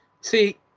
See